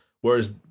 whereas